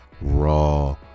Raw